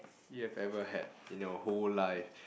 you have ever had in your whole life